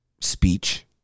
Speech